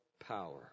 power